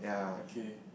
okay